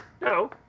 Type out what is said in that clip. No